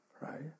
Right